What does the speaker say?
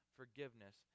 forgiveness